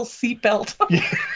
seatbelt